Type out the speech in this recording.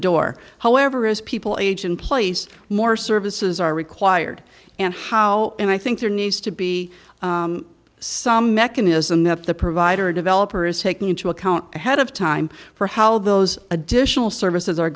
door however as people age in place more services are required and how and i think there needs to be some mechanism that the provider developer is taking into account ahead of time for how those additional services are